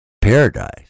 Paradise